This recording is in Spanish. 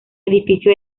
edificio